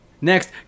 next